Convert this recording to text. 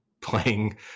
playing